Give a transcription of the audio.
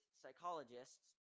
psychologists